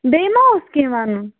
بیٚیہِ ما اوس کیٚنٛہہ وَنُن